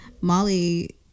Molly